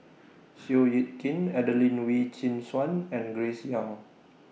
Seow Yit Kin Adelene Wee Chin Suan and Grace Young